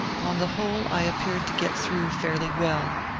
on the whole i appeared to get through fairly well,